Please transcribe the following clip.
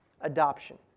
adoption